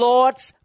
Lord's